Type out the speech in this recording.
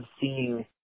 seeing